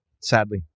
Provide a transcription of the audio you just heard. Sadly